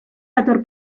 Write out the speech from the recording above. dator